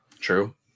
True